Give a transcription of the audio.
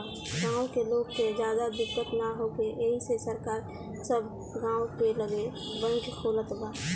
गाँव के लोग के ज्यादा दिक्कत ना होखे एही से सरकार सब गाँव के लगे बैंक खोलत बा